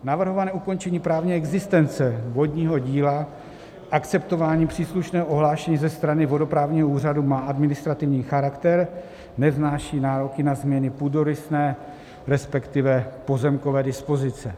Navrhované ukončení právní existence vodního díla, akceptování příslušného ohlášení ze strany vodoprávního úřadu má administrativní charakter, nevznáší nároky na změny půdorysné resp. pozemkové dispozice.